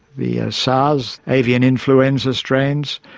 the sars, avian influenza strains,